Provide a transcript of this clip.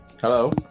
Hello